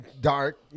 dark